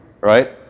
right